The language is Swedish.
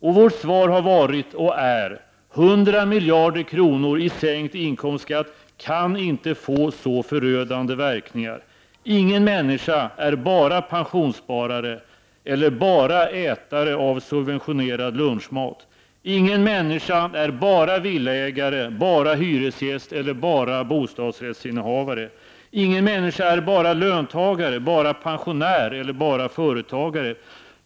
Och vårt svar har varit och är: 100 miljarder kronor i sänkt inkomstskatt kan inte få så förödande verkningar. Ingen människa är bara pensionssparare eller bara ätare av subventionerad lunchmat. Ingen människa är bara villaägare, bara hyresgäst eller bara bostadsrättsinnehavare. Ingen människa är bara löntagare, pensionär eller företagare.